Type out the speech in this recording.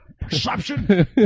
Perception